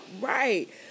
Right